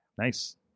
nice